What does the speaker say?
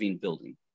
building